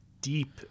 deep